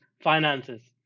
finances